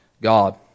God